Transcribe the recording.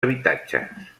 habitatges